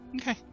Okay